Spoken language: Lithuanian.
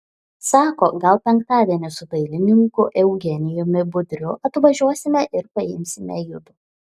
sako gal penktadienį su dailininku eugenijumi budriu atvažiuosime ir paimsime judu